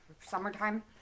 summertime